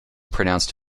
pronounced